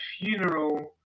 Funeral